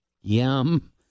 Yum